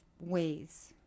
ways